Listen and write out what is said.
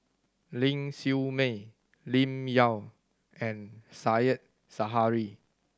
Ling Siew May Lim Yau and Said Zahari